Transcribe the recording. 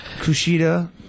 Kushida